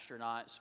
astronauts